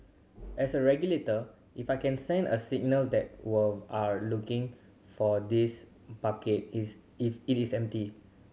as a regulator if I can send a signal that we've are looking for this bucket is if it is empty